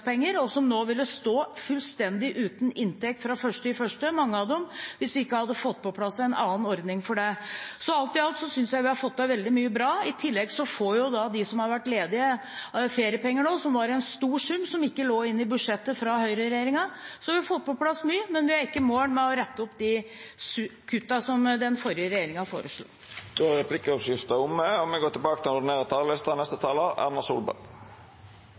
og som nå ville stått fullstendig uten inntekt fra 1. januar – mange av dem – hvis vi ikke hadde fått på plass en annen ordning for det. Alt i alt synes jeg vi har fått til veldig mye bra. I tillegg får de som har vært ledige, feriepenger nå – en stor sum som ikke lå inne i budsjettet fra høyreregjeringen. Så vi har fått på plass mye, men vi er ikke i mål med å rette opp de kuttene som den forrige regjeringen foreslo. Replikkordskiftet er omme. Et budsjett skal selvfølgelig løse her og